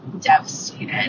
devastated